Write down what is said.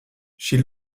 she